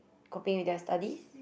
coping with their studies